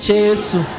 Jesus